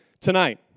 tonight